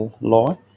law